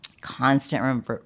constant